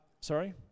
Sorry